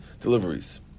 deliveries